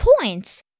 points